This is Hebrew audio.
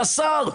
והשר,